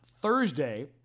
Thursday